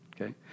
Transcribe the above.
okay